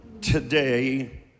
today